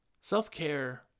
self-care